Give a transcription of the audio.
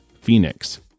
Phoenix